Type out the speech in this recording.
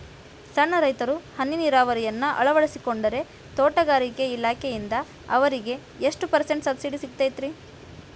ಸಣ್ಣ ರೈತರು ಹನಿ ನೇರಾವರಿಯನ್ನ ಅಳವಡಿಸಿಕೊಂಡರೆ ತೋಟಗಾರಿಕೆ ಇಲಾಖೆಯಿಂದ ಅವರಿಗೆ ಎಷ್ಟು ಪರ್ಸೆಂಟ್ ಸಬ್ಸಿಡಿ ಸಿಗುತ್ತೈತರೇ?